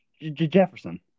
Jefferson